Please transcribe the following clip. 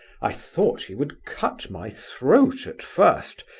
i thought he would cut my throat at first,